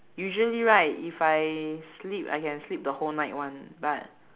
usually right if I sleep I can sleep the whole night [one] but